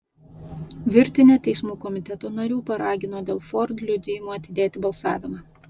virtinė teismų komiteto narių paragino dėl ford liudijimo atidėti balsavimą